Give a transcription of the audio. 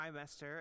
trimester